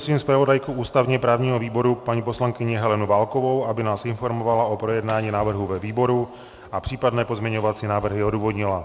Nyní prosím zpravodajku ústavněprávního výboru, paní poslankyni Helenu Válkovou, aby nás informovala lo projednání návrhu ve výboru a případné pozměňovací návrhy odůvodnila.